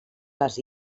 les